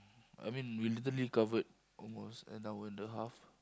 I mean we literally covered almost an hour and a half